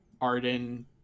Arden